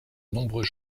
nombreux